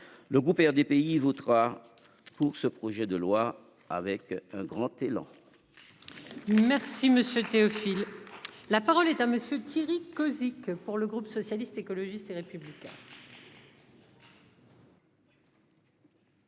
Le groupe RDPI votera pour ce projet de loi avec un grand élan. Merci Monsieur Théophile. La parole est à monsieur Thierry Cozic pour le groupe socialiste, écologiste et républicain.